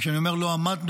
כשאני אומר "לא עמדנו",